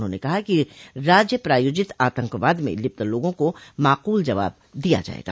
उन्होंने कहा कि राज्य प्रायोजित आतंकवाद में लिप्त लोगों को माकूल जवाब दिया जाएगा